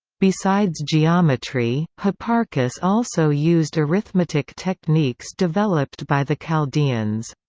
besides geometry, hipparchus also used arithmetic techniques developed by the chaldeans.